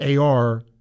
AR